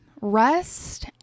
rest